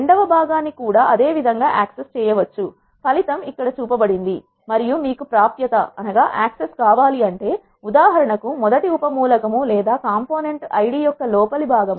రెండవ భాగాన్ని కూడా అదేవిధంగా యాక్సెస్ చేయవచ్చు ఫలితం ఇక్కడ చూపబడింది మరియు మీకు ప్రాప్యత కావాలంటే ఉదాహరణకు మొదటి ఉప మూలకం లేదా కాంపోనెంట్ ఐడి యొక్క లోపలి భాగం